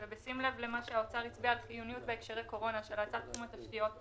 על חברות תשתית חדשות,